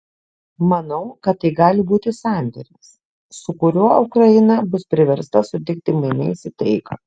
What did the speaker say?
manau kad tai gali būti sandėris su kuriuo ukraina bus priversta sutikti mainais į taiką